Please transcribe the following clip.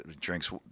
drinks